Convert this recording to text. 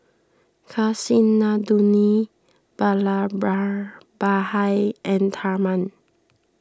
Kasinadhuni Vallabhbhai and Tharman